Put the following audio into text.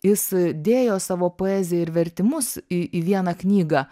jis dėjo savo poeziją ir vertimus į į vieną knygą